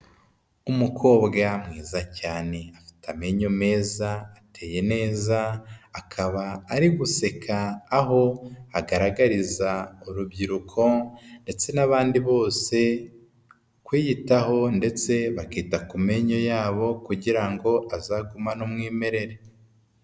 Umukobwa mwiza cyane amenyo meza, ateye neza, akaba ari guseka aho agaragariza urubyiruko ndetse n'abandi bose kwiyitaho ndetse bakita ku menyo yabo kugirango azagumane umwimerere.